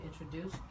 introduce